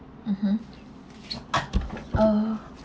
mmhmm uh